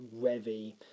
Revy